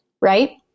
right